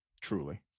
Truly